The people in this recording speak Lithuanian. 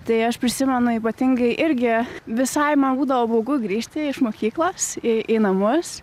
tai aš prisimenu ypatingai irgi visai man būdavo baugu grįžti iš mokyklos į į namus